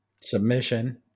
submission